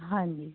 ਹਾਂਜੀ